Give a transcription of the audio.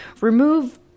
remove